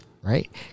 right